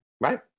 Right